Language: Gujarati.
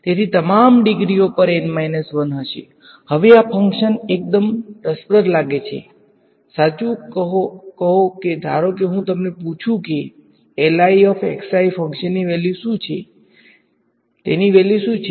તેથી તમામ ડિગ્રીઓ પર N 1 હશે હવે આ ફંકશન એકદમ રસપ્રદ લાગે છે સાચું કહો કે ધારો કે હું તમને પૂછું કે ફંક્શનની વેલ્યુ શું છે તેની વેલ્યુ શું છે